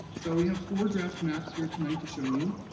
so we have four draft maps here tonight to show you,